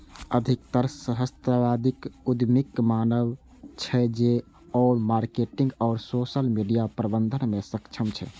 अधिकतर सहस्राब्दी उद्यमीक मानब छै, जे ओ मार्केटिंग आ सोशल मीडिया प्रबंधन मे सक्षम छै